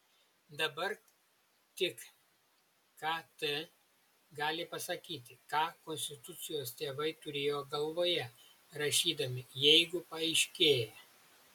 dabar tik kt gali pasakyti ką konstitucijos tėvai turėjo galvoje rašydami jeigu paaiškėja